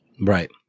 Right